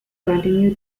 continue